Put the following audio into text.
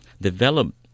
Develop